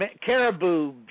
caribou